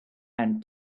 and